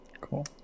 cool